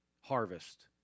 harvest